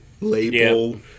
label